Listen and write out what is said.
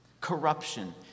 Corruption